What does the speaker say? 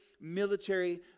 military